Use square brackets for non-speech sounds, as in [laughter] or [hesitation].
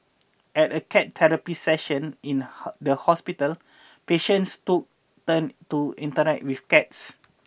at a cat therapy session in [hesitation] the hospital patients took turns to interact with cats